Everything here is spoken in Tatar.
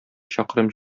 чакрым